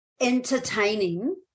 entertaining